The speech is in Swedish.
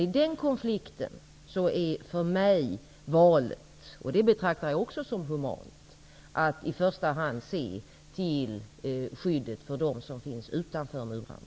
I denna konflikt är för mig valet -- det betraktar jag också som humant -- att i första hand se till skyddet för dem som finns utanför murarna.